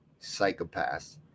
Psychopaths